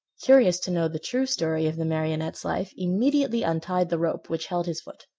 curious to know the true story of the marionette's life, immediately untied the rope which held his foot.